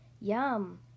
Yum